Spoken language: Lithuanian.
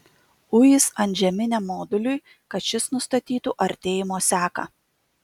uis antžeminiam moduliui kad šis nustatytų artėjimo seką